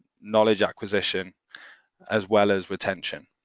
knowledge acquisition as well as retention.